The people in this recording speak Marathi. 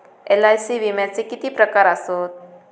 एल.आय.सी विम्याचे किती प्रकार आसत?